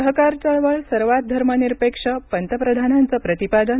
सहकार चळवळ सर्वात धर्मनिरपेक्ष पंतप्रधानांचं प्रतिपादन